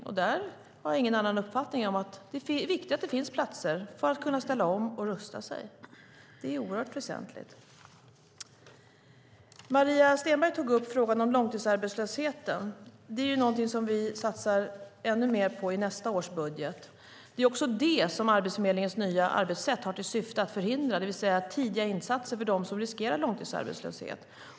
Och där har jag ingen annan uppfattning än att det är viktigt att det finns platser för att kunna ställa om och rusta sig. Det är oerhört väsentligt. Maria Stenberg tog upp frågan om långtidsarbetslösheten. Det är något som vi satsar ännu mer på att bekämpa i nästa års budget. Det är också långtidsarbetslöshet som Arbetsförmedlingens nya arbetssätt har till syfte att förhindra, det vill säga tidiga insatser för dem som riskerar långtidsarbetslöshet.